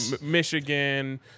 Michigan